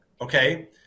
Okay